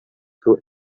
through